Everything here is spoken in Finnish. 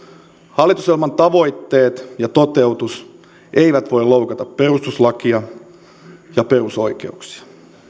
hallitusohjelman tavoitteet ja toteutus eivät voi loukata perustuslakia ja perusoikeuksia